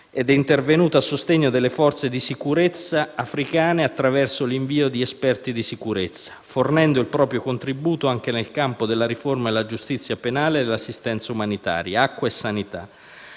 ed è intervenuta a sostegno delle forze di sicurezza africane attraverso l'invio di esperti di sicurezza, fornendo il proprio contributo anche nel campo della riforma della giustizia penale e dell'assistenza umanitaria (acqua e sanità).